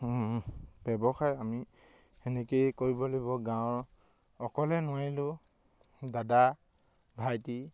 ব্যৱসায় আমি সেনেকৈয়ে কৰিব লাগিব গাঁৱৰ অকলে নোৱাৰিলেও দাদা ভাইটি